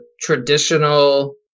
traditional